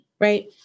Right